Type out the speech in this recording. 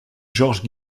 georges